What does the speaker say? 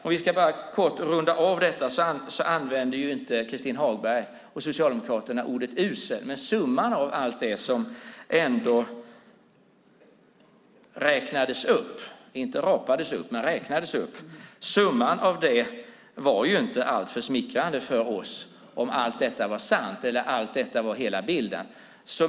Om vi bara kort ska runda av detta använde inte Christin Hagberg och Socialdemokraterna ordet "usel". Men summan av allt det som ändå räknades upp - inte rapades upp - var inte alltför smickrande för oss om allt detta var sant eller hela bilden.